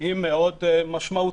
היא מאוד משמעותית.